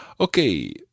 Okay